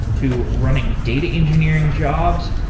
to running data engineering jobs,